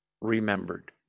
remembered